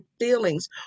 feelings